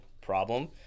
problem